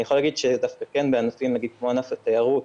אני יכול להגיד שבענפים כמו ענף התיירות,